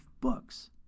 books